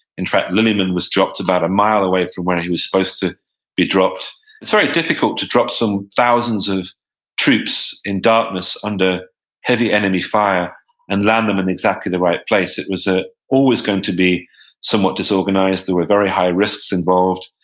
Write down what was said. in fact, lillyman was dropped about a mile away from where he was supposed to be dropped it's very difficult to drop some thousands of troops in darkness under heavy enemy fire and land them in exactly the right place. it was ah always going to be somewhat disorganized. there were very high risks involved.